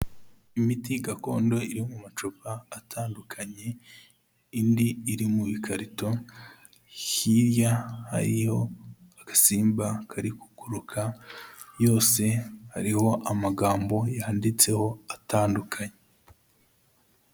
Imiti gakondo iri mu macupa atandukanye, indi iri mu bikarito, hirya hariyo agasimba kari kuguruka, yose hariho amagambo yanditseho atandukanye.